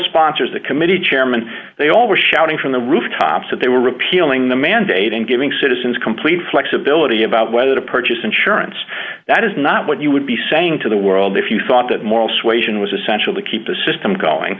sponsors the committee chairman they all were shouting from the rooftops that they were repealing the mandate and giving citizens complete flexibility about whether to purchase insurance that is not what you would be saying to the world if you thought that moral suasion was essential to keep the system going